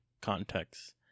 context